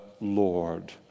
Lord